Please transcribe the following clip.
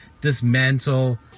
dismantle